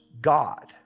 god